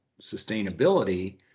sustainability